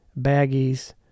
baggies